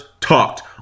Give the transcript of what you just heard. talked